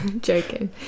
joking